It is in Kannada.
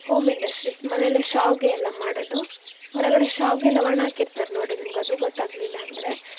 ಹೋಮ್ ಇಂಡಸ್ಟ್ರೀಸ್ ಮನೆಲ್ಲೇ ಶಾವಿಗೆ ಎಲ್ಲ ಮಾಡೋದು ಹೊರಗಡೆ ಶಾವಿಗೆ ಎಲ್ಲ ಒಣ ಹಾಕಿರ್ತಾರೆ ನೋಡಿ ನಿಮ್ಗೆ ಅದೂ ಗೊತ್ತಾಗಲಿಲ್ಲ ಅಂದರೆ